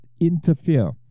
interfere